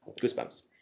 Goosebumps